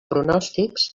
pronòstics